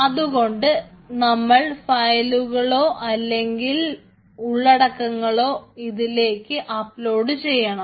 അതുകൊണ്ട് നമ്മൾക്ക് ഫയലുകളോ അല്ലെങ്കിൽ ഉള്ളടക്കങ്ങളോ ഇതിലേക്ക് അപ്ലോഡ് ചെയ്യണം